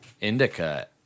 Indica